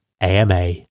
AMA